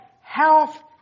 health